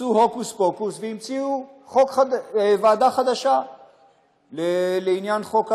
עשו הוקוס פוקוס והמציאו ועדה חדשה לעניין חוק ההסדרה.